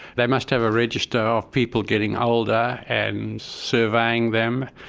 they must have a register of people getting older and surveying them.